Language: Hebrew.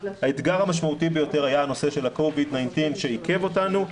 האתגר המשמעותי ביותר היה הנושא של ה-covid 19 שעיכב אותנו,